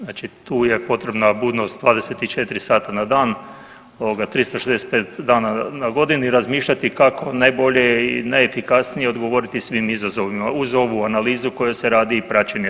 Znači tu je potrebna budnost 24 sata na dan ovoga 365 dana na godini razmišljati kao najbolje i najefikasnije odgovoriti svim izazovima uz ovu analizu koja se radi i praćenje.